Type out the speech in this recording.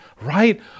right